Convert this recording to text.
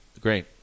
Great